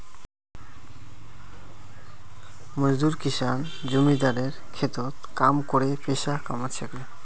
मजदूर किसान जमींदारेर खेतत काम करे पैसा कमा छेक